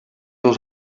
els